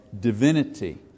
divinity